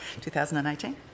2018